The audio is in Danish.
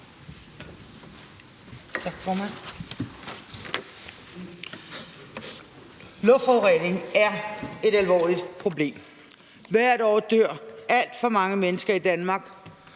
Luftforurening er et alvorligt problem. Hvert år dør alt for mange mennesker i Danmark